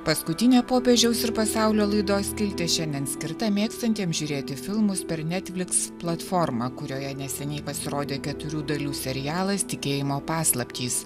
paskutinė popiežiaus ir pasaulio laidos skiltis šiandien skirta mėgstantiems žiūrėti filmus per netflix platformą kurioje neseniai pasirodė keturių dalių serialas tikėjimo paslaptys